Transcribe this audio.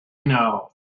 know